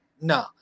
No